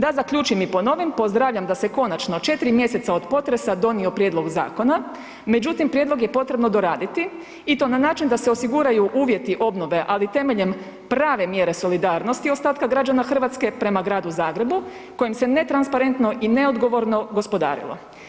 Da zaključim i ponovim, pozdravljam da se konačno 4 mjeseca od potresa donio prijedlog zakona, međutim prijedlog je potrebno doraditi i to na način da se osiguraju uvjeti obnove, ali temeljem prave mjere solidarnosti ostatka građana RH prema Gradu Zagrebu kojim se netransparentno i neodgovorno gospodarilo.